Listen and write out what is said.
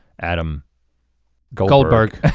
adam goldberg.